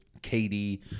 KD